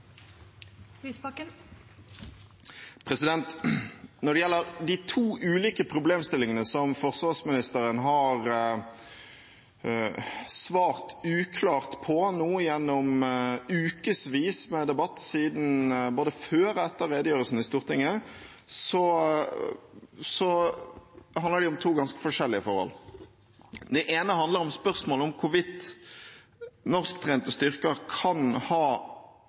Når det gjelder de to ulike problemstillingene som forsvarsministeren har svart uklart på gjennom ukevis med debatt, både før og etter redegjørelsen i Stortinget, handler de om to ganske forskjellige forhold. Det ene handler om spørsmålet om hvorvidt norsktrente styrker kan ha